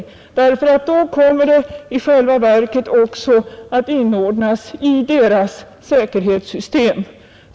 I så fall kommer det i själva verket också att inordnas i dess säkerhetssystem.